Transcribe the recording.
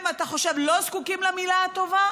הם, אתה חושב, לא זקוקים למילה הטובה?